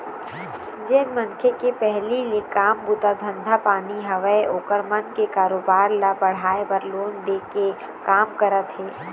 जेन मनखे के पहिली ले काम बूता धंधा पानी हवय ओखर मन के कारोबार ल बढ़ाय बर लोन दे के काम करत हे